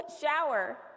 shower